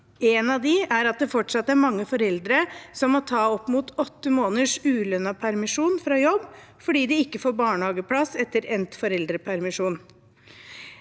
En av dem er at det fortsatt er mange foreldre som må ta opp mot åtte måneders ulønnet permisjon fra jobb fordi de ikke får barnehageplass etter endt foreldrepermisjon.